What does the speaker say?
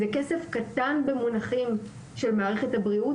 זה כסף קטן במונחים של מערכת הבריאות.